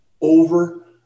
over